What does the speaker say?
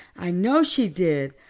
i know she did,